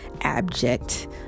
abject